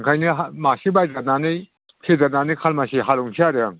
ओंखायनो मासे बायदेरनानै फेदेरनानै खालमासि हालेवनोसै आरो आं